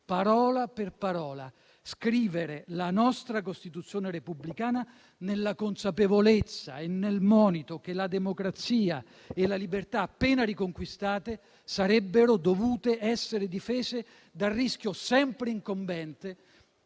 parola per parola, scrivere la nostra Costituzione repubblicana nella consapevolezza e nel monito che la democrazia e la libertà appena riconquistate sarebbero dovute essere difese dal rischio sempre incombente